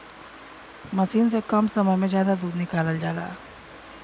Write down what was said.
मसीन से कम समय में जादा दूध निकालल जाला